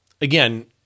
again